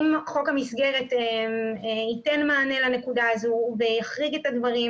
אם חוק המסגרת ייתן מענה לנקודה הזו ויחריג את הדברים,